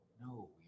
No